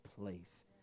place